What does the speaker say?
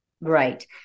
Right